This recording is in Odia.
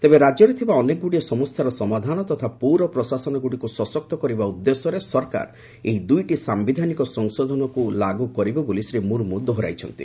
ତେବେ ରାଜ୍ୟରେଥିବା ଅନେକଗୁଡ଼ିଏ ସମସ୍ୟାର ସମାଧାନ ତଥା ପୌର ପ୍ରଶାସନଗୁଡ଼ିକୁ ସଶକ୍ତ କରିବା ଉଦ୍ଦେଶ୍ୟରେ ସରକାର ଏହି ଦୂଇଟି ସାୟିଧାନିକ ସଂଶୋଧନକୁ ସରକାର ଲାଗୁ କରିବେ ବୋଲି ଶ୍ରୀ ମୁର୍ମୁ ଦୋହରାଇଛନ୍ତି